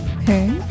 okay